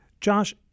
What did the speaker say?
Josh